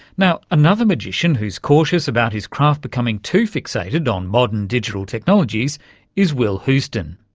now, another magician who's cautious about his craft becoming too fixated on modern digital technologies is will houstoun.